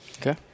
Okay